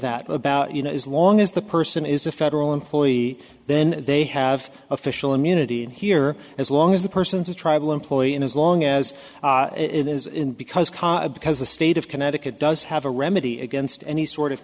that about you know as long as the person is a federal employee then they have official immunity in here as long as the person's a tribal employee and as long as it is in because of because the state of connecticut does have a remedy against any sort of